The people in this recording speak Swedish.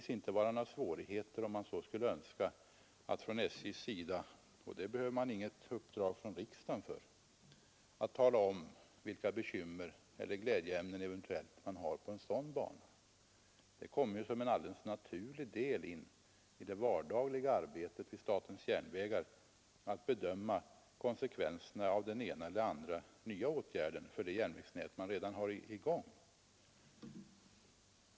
SJ behöver självfallet inget uppdrag från riksdagen för att tala om vilka bekymmer och eventuella glädjeämnen man har på den banan. Det framkommer ju som en naturlig del i statens järnvägars vardagliga arbete att bedöma konsekvenserna av den ena eller andra nya åtgärden för det järnvägsnät som redan är i gång.